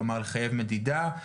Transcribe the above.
כלומר לחייב מדידה.